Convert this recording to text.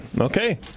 Okay